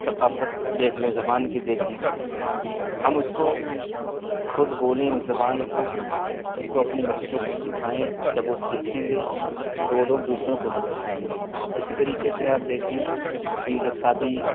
ثقافت دیکھ لیں زبان کی دیکھ لیں ہم اس کو خود بولیں اس زبان کو اس کو اپنے بچوں کو سکھائیں جب وہ سیکھیں گے تو وہ لوگ دوسروں کو بھی سکھائیں گے اسی طریقے سے آپ دیکھیں کہ جب شادی